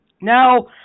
Now